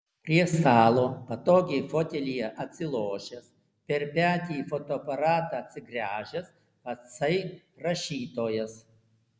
prie stalo patogiai fotelyje atsilošęs per petį į fotoaparatą atsigręžęs patsai rašytojas